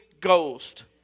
Ghost